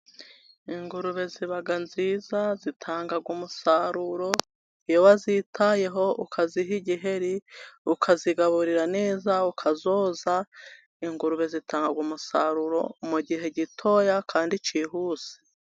Ingurube zibaa nziza, zitanga umusaruro iyo wazitayeho, ukaziha igiheri, ukazigaburira neza, ukazoza, ingurube zitanga umusaruro mu gihe gitoya kandi kihuse.